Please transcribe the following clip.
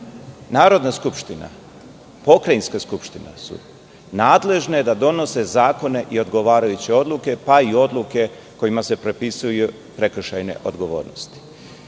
Narodna skupština, pokrajinska skupština su nadležne da donose zakone i odgovarajuće odluke, pa i odluke kojima se propisuju prekršajne odgovornosti. Vaša